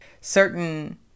certain